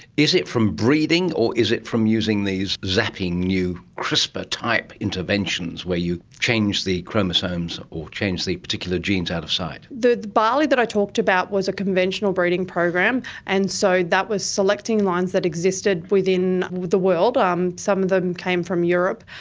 is it from breeding or is it from using these zappy new crispr-type interventions where you change the chromosomes or change the particular genes out of sight? the barley that i talked about was a conventional breeding program, and so that was selecting lines that existed within the world. um some of them came from europe.